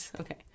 Okay